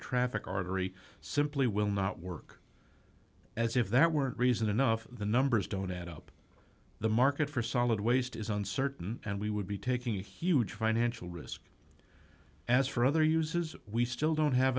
traffic artery simply will not work as if that weren't reason enough the numbers don't add up the market for solid waste is uncertain and we would be taking a huge financial risk as for other uses we still don't have